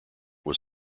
was